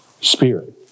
spirit